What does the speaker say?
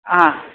ह